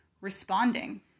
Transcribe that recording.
responding